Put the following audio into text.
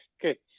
good